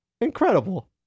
Incredible